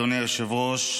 אדוני היושב-ראש,